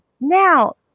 now